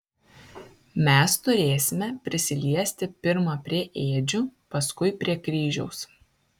mes turėsime prisiliesti pirma prie ėdžių paskui prie kryžiaus